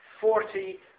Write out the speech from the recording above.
Forty